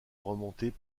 remonter